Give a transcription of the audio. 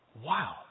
Wow